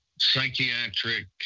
psychiatric